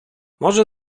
może